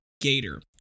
Gator